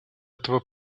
этого